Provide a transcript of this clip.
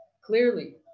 Clearly